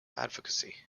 advocacy